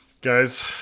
Guys